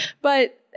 But-